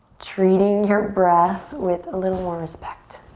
treating your breath with a little more respect.